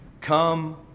Come